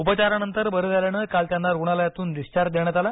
उपचारानंतर बरे झाल्यानं काल त्याना रुग्णालयातून डिस्चार्च देण्यात आला